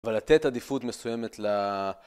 ולתת עדיפות מסוימת ל...